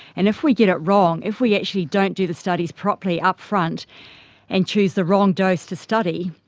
and if we get it wrong, if we actually don't do the studies properly upfront and choose the wrong dose to study,